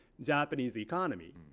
japanese economy.